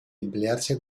emplearse